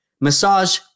massage